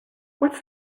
what’s